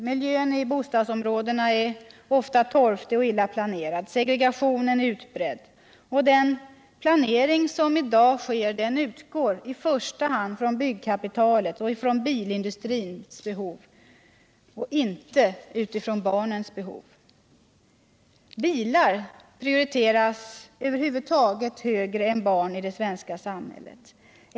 Miljön i bostadsområdena är ofta torftig och illa planerad. Segregationen är utbredd. Den planering som i dag sker utgår i första hand från byggkapitalets och bilindustrins behov — inte utifrån barnens behov. Bilar prioriteras över huvud taget högre än barn i det svenska samhället.